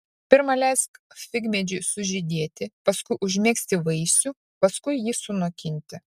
pirma leisk figmedžiui sužydėti paskui užmegzti vaisių paskui jį sunokinti